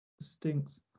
Stinks